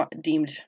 deemed